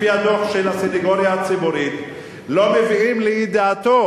לפי הדוח של הסניגוריה הציבורית לא מביאים לידיעתו